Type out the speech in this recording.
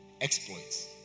Exploits